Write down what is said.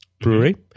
Brewery